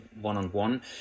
one-on-one